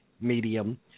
medium